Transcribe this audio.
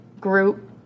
group